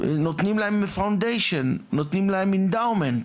נותנים להם foundation, נותנים להם endowment,